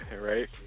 Right